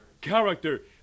character